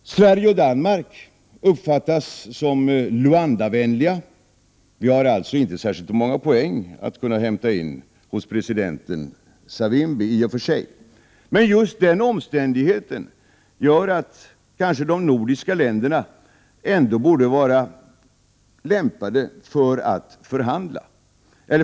Sverige och Danmark uppfattas som Luandavänliga. Vi har alltså i och för sig inte särskilt många poäng att hämta hos president Savimbi. Men just den omständigheten gör att de nordiska länderna kanske ändå borde vara lämpade för att medla.